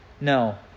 No